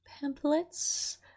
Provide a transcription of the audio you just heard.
pamphlets